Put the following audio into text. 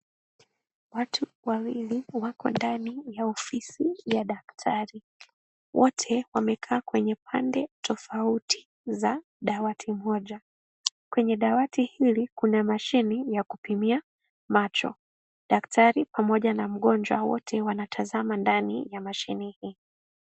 Watu wawili wako ndani ya ofisi ya daktari, wote wamekaa kwenye pande tofauti za dawati moja, kwenye dawati hili kuna mashini na kupimia macho daktari pamoja na mgonjwa wote wanatazama ndani ya mashini hii.